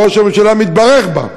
וראש הממשלה מתברך בה,